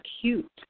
acute